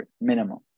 minimum